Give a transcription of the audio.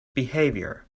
behavior